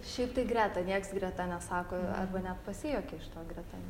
šiaip tai greta niekas greta nesako arbe net pasijuokia iš to greta